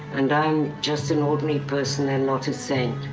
and i am just an ordinary person and not a saint.